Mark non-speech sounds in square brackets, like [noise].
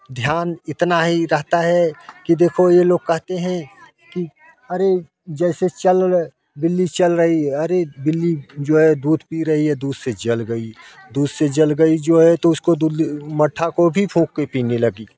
ध्यान इतना ही रहता है कि देखो ये लोग कहते हैं कि अरे जैसे चल बिल्ली चल रही है अरे बिल्ली जो है दूध पी रही है दूध से जल गई दूध से जल गई जो है तो उसको [unintelligible] मठ्ठा को भी फूंक के पीने लगी